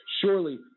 Surely